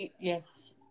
Yes